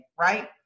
right